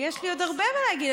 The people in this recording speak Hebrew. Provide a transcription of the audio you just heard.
יש לי עוד הרבה מה להגיד.